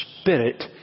Spirit